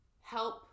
help